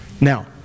Now